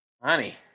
Honey